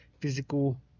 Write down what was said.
physical